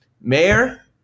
Mayor